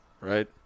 right